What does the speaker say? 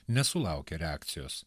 nesulaukė reakcijos